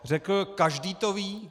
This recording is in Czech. Řekl každý to ví.